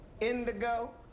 Indigo